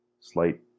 slight